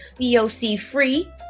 VOC-free